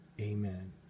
Amen